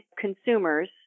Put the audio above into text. consumers